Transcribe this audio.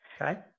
Okay